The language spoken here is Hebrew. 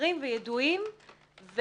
שמוכרים ויודעים,